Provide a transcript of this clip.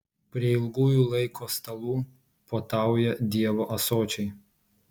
prie ilgųjų laiko stalų puotauja dievo ąsočiai